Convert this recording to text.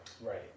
Right